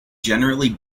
generally